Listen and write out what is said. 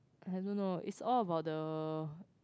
I don't know it's all about the